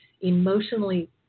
emotionally